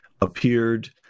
appeared